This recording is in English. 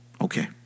Okay